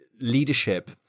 leadership